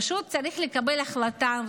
פשוט צריך לקבל החלטה,